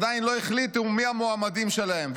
עדיין לא החליטו מי המועמדים שלהם,